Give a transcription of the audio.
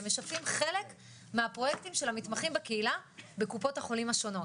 הם משפים חלק מהפרויקטים של המתמחים בקהילה בקופות החולים השונות.